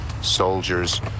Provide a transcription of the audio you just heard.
soldiers